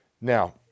Now